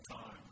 time